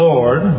Lord